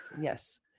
Yes